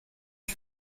ich